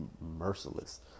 merciless